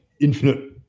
infinite